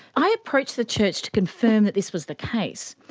i approached the church to confirm that this was the case,